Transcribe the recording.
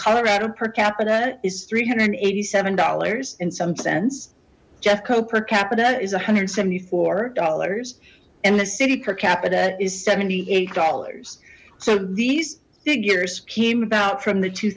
colorado per capita is three hundred and eighty seven dollars in some sense jeffco per capita is a hundred seventy four dollars and the city per capita is seventy eight dollars so these figures came about from the two